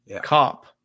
cop